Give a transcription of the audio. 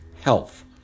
health